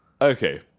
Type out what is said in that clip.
Okay